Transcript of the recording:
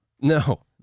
No